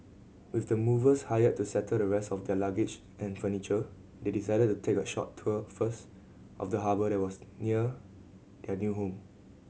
with the movers hired to settle the rest of their luggage and furniture they decided to take a short tour first of the harbour that was near their new home